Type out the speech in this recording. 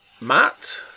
Matt